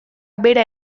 bera